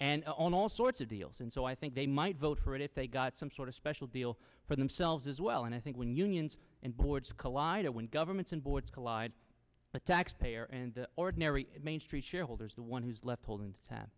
and on all sorts of deals and so i think they might vote for it if they got some sort of special deal for themselves as well and i think when unions and boards collide and when governments and boards collide the taxpayer and ordinary main street shareholders the one who's left holding